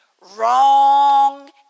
wrong